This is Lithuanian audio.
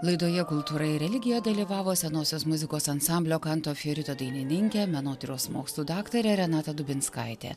laidoje kultūra ir religija dalyvavo senosios muzikos ansamblio kanto fiorito dainininkė menotyros mokslų daktarė renata dubinskaitė